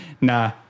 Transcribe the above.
Nah